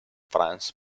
france